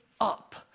up